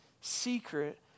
secret